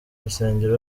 rusengero